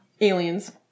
Aliens